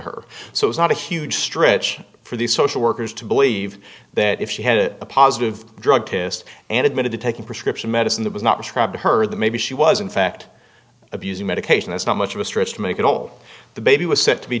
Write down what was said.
her so it's not a huge stretch for these social workers to believe that if she had a positive drug test and admitted to taking prescription medicine that was not described to her that maybe she was in fact abusing medication that's not much of a stretch to make it all the baby was said to be